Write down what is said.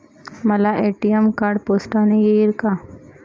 मला ATM card पोस्टाने येईल का?